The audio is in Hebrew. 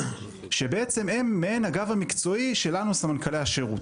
הם בעצם מעין הגב המקצועי שלנו סמנכ"לי השירות.